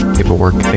Paperwork